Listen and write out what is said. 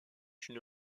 une